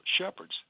shepherds